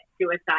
suicide